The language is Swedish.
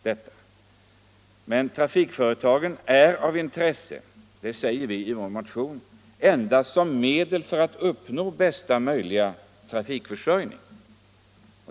Fortsättningsvis heter det i motionen: ”Men trafikföretagen är av intresse endast som medel för att uppnå bästa möjliga trafikförsörjning.